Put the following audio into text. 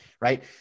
right